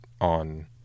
on